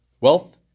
wealth